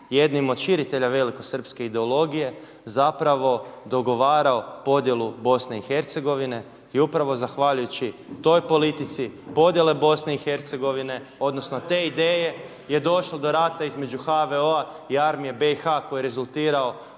jednim od širitelja velikosrpske ideologije zapravo dogovarao podjelu Bosne i Hercegovine. I upravo zahvaljujući toj politici, podjele Bosne i Hercegovine, odnosno te ideje je došlo do rata između HVO-a i armije BiH koji je rezultirao